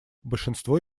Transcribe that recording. большинство